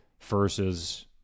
versus